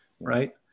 right